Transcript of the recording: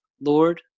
Lord